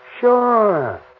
Sure